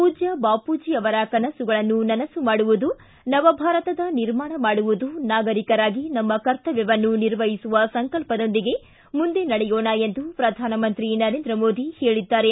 ಪೂಜ್ವ ಬಾಪೂಜಿ ಅವರ ಕನಸುಗಳನ್ನು ನನಸು ಮಾಡುವುದು ನವ ಭಾರತದ ನಿರ್ಮಾಣ ಮಾಡುವುದು ನಾಗರೀಕರಾಗಿ ನಮ್ನ ಕರ್ತವ್ಯವನ್ನು ನಿರ್ವಹಿಸುವ ಸಂಕಲ್ಪದೊಂದಿಗೆ ಮುಂದೆ ನಡೆಯೋಣ ಎಂದು ಪ್ರಧಾನಮಂತ್ರಿ ನರೇಂದ್ರ ಮೋದಿ ಹೇಳದ್ದಾರೆ